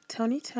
Tony